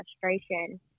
frustration